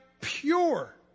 pure